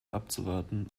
abzuwarten